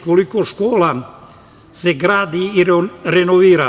Koliko škola se gradi i renovira.